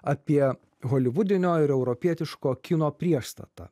apie holivudinio ir europietiško kino priestatą